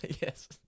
yes